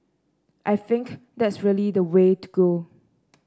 I think that's really the way to go